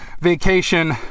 vacation